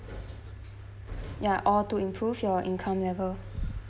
ya or to improve your income level